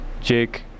Jake